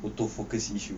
photo focus issue